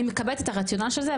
אני מקבלת את הרציונל של זה,